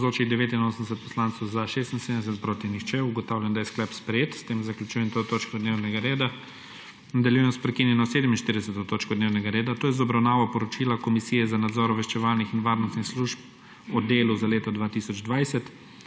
(Za je glasovalo 76.) (Proti nihče.) Ugotavljam, da je sklep sprejet. S tem zaključujem to točko dnevnega reda. Nadaljujemo s prekinjeno 47. točko dnevnega reda, to je z obravnavo Poročila Komisije za nadzor obveščevalnih in varnostnih služb o delu za leto 2020.